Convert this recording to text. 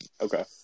Okay